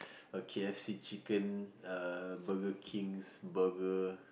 K_F_C chicken uh Burger-King's burger